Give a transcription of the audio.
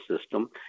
system